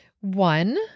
One